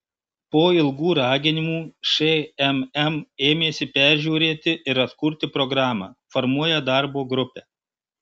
po ilgų raginimų šmm ėmėsi peržiūrėti ir atkurti programą formuoja darbo grupę